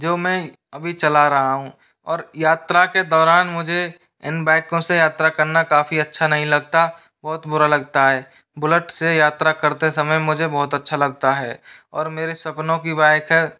जो मैं अभी चला रहा हूँ और यात्रा के दौरान मुझे इन बाइकों से यात्रा करना काफ़ी अच्छा नहीं लगता बहुत बुरा लगता है बुलट से यात्रा करते समय मुझे बहुत अच्छा लगता है और मेरे सपनों की बाइक है